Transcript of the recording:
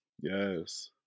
Yes